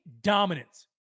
dominance